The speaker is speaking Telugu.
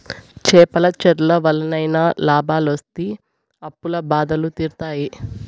చేపల చెర్ల వల్లనైనా లాభాలొస్తి అప్పుల బాధలు తీరుతాయి